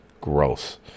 Gross